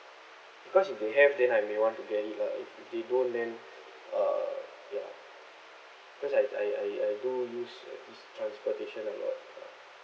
because if they have then I may want to get it lah if they don't then uh ya because I I I I do use at this transportation a lot ya